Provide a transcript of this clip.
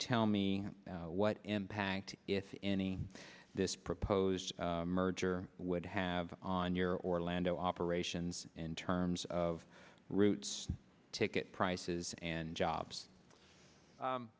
tell me what impact if any this proposed merger would have on your orlando operations in terms of routes ticket prices and jobs